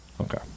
Okay